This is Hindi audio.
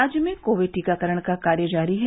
राज्य में कोविड टीकाकरण का कार्य जारी है